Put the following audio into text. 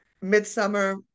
Midsummer